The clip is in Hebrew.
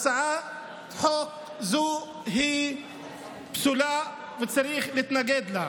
הצעת חוק זו היא פסולה וצריך להתנגד לה.